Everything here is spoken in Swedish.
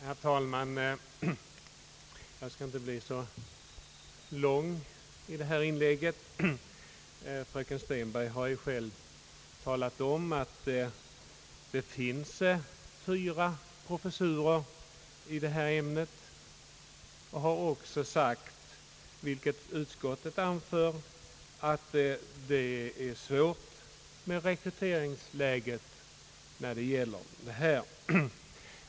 Herr talman! Mitt inlägg skall inte bli långt. Fröken Stenberg har talat om att det finns fyra professurer i det aktuella ämnet, Hon har vidare sagt, vilket också utskottet anfört, att rekryteringsläget är besvärligt.